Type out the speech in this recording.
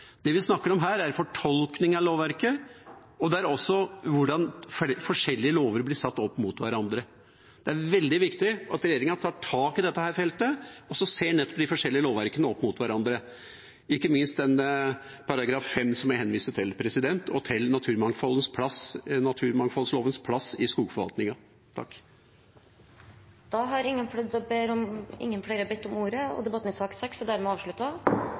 Det vi snakker om her, er fortolkning av lovverket, og det er også hvordan forskjellige lover blir satt opp mot hverandre. Det er veldig viktig at regjeringa tar tak i dette feltet og ser nettopp de forskjellige lovverkene opp mot hverandre, ikke minst § 5, som jeg henviste til, og til naturmangfoldlovens plass i skogforvaltningen. Flere har ikke bedt om ordet til sak nr. 6. Dermed er dagens kart ferdigbehandlet. Ber noen om ordet før møtet heves? – Møtet er